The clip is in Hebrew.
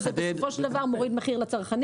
בסופו של דבר זה מוריד מחיר לצרכנים,